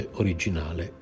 originale